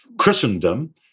Christendom